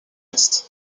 est